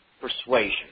persuasion